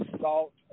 salt